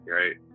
right